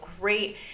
great